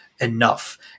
enough